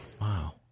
Wow